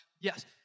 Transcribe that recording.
yes